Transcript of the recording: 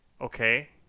Okay